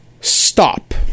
stop